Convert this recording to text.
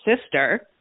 sister